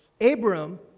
Abram